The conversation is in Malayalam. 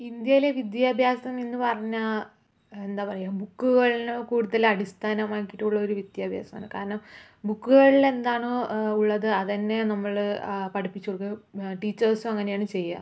ഇന്ത്യയിലെ വിദ്യഭ്യാസം എന്ന് പറഞ്ഞാൽ എന്താ പറയുക ബുക്കുകളിൽ കൂടുതൽ അടിസ്ഥാനമാക്കിയിട്ടുള്ള വിദ്യാഭാസമാണ് കാരണം ബുക്കുകളിൽ എന്താണോ ഉള്ളത് അത് തന്നെ നമ്മള് പഠിപ്പിച്ച് കൊടുക്കും ടീച്ചേഴ്സും അങ്ങനെയാണ് ചെയ്യുക